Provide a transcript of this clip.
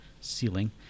ceiling